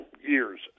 years